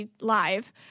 live